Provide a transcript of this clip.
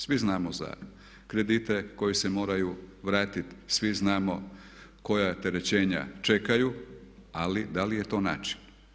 Svi znamo za kredite koji se moraju vratiti, svi znamo koja terećenja čekaju ali da li je to način?